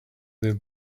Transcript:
that